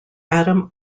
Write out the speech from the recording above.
atom